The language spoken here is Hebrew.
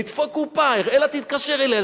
נדפוק קופה, אראלה תתקשר אלינו.